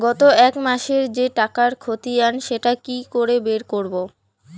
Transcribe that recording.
গত এক মাসের যে টাকার খতিয়ান সেটা কি করে বের করব?